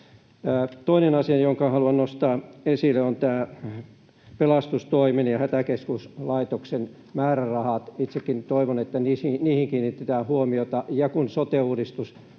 Toinen asia, jonka haluan nostaa esille, ovat pelastustoimen ja Hätäkeskuslaitoksen määrärahat. Itsekin toivon, että niihin kiinnitetään huomiota, ja kun sote-uudistus